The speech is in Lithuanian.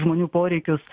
žmonių poreikius